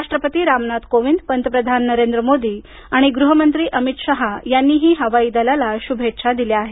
राष्ट्रपती रामनाथ कोविंद पंतप्रधान नरेंद्र मोदी आणि गृहमंत्री अमित शहा यांनीही हवाई दलाला शुभेच्छा दिल्या आहेत